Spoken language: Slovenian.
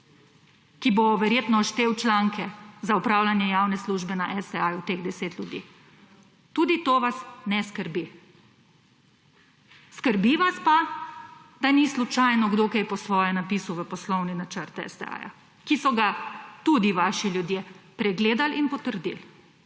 ki bo verjetno štel članke za opravljanje javne službe na STA teh deset ljudi. Tudi to vas ne skrbi. Skrbi vas pa, da ni slučajno kdo kaj po svoje napisal v poslovne načrte STA, ki so ga tudi vaši ljudje pregledali in potrdili.